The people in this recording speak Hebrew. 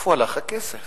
איפה הולך הכסף,